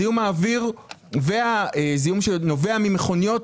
זיהום האוויר נובע ממכוניות,